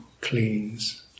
cleans